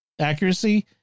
accuracy